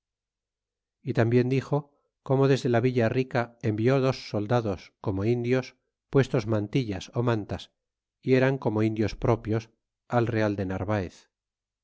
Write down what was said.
y tambien dixo como desde la villa rica envió dos soldados como indios puestos mantillas ó mantas y eran como indios propios al real de narvaez